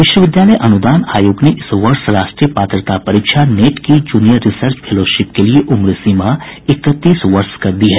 विश्वविद्यालय अनुदान आयोग ने इस वर्ष राष्ट्रीय पात्रता परीक्षा नेट की जूनियर रिसर्च फेलोशिप के लिए उम्र सीमा इकतीस वर्ष कर दी है